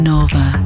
Nova